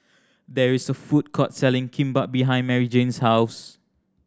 there is a food court selling Kimbap behind Maryjane's house